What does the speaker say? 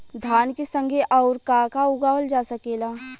धान के संगे आऊर का का उगावल जा सकेला?